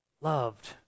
loved